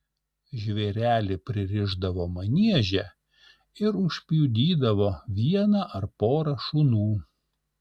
žvėrelį pririšdavo manieže ir užpjudydavo vieną ar porą šunų